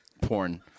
porn